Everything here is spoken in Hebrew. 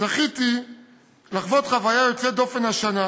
זכיתי לחוות חוויה יוצאת דופן השנה,